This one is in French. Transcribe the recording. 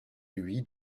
lui